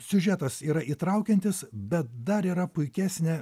siužetas yra įtraukiantis bet dar yra puikesnė